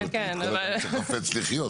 זה אמור להטריד כל מי שחפץ לחיות.